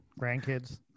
grandkids